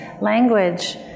language